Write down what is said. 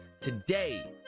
Today